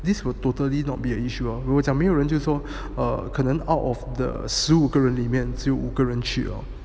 this will totally not be an issue hor 如果讲没有人就是说 err 我讲没有人就是说 err 可能 out of the 十五个人里面只有五个人去 lor